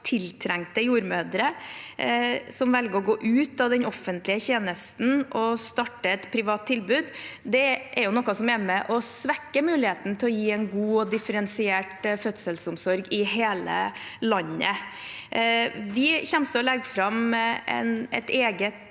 tiltrengte jordmødre som velger å gå ut av den offentlige tjenesten og starte et privat tilbud, er noe som er med på å svekke muligheten til å gi en god og differensiert fødselsomsorg i hele landet. Vi kommer til å legge fram et eget